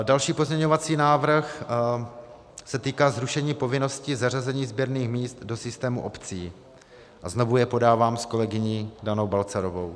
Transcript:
Další pozměňovací návrh se týká zrušení povinnosti zařazení sběrných míst do systému obcí a znovu jej podávám s kolegyní Danou Balcarovou.